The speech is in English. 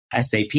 SAP